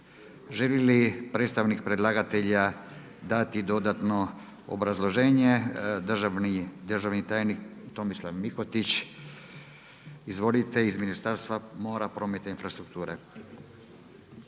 Želi li predstavnik predlagatelja dati dodatno obrazloženje? Državni tajnik Tomislav MIhotić iz Ministarstva mora, prometa i infrastrukture.